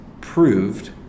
proved